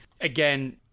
Again